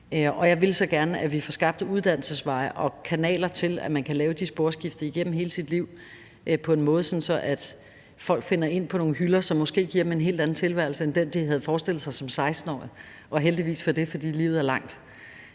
Jeg vil så gerne, at vi får skabt uddannelsesveje og kanaler til, at man kan lave de sporskifter igennem hele sit liv på en måde, sådan at folk finder ind på nogle hylder, som måske giver dem en helt anden tilværelse end den, de havde forestillet sig som 16-årig. Og heldigvis for det, for livet er langt.